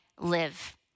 Live